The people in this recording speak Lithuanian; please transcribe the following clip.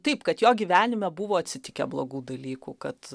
taip kad jo gyvenime buvo atsitikę blogų dalykų kad